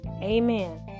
Amen